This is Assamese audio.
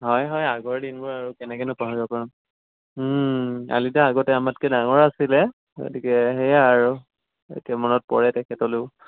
হয় হয় আগৰ দিনবোৰ আৰু কেনেকেনো পাহৰিব পাৰো আলিদা আগতে আমাতকৈ ডাঙৰ আছিলে গতিকে সেয়াই আৰু এতিয়া মনত পৰে তেখেতলেও